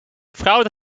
fraude